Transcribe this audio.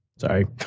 Sorry